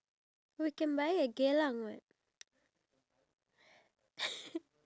take care of all these wild animals in H_D_B flats